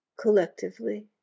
collectively